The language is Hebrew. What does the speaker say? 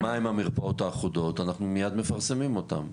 ברגע שאנחנו מחליטים מהן המרפאות האחודות אנחנו מיד מפרסמים אותן.